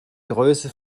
größe